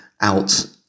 out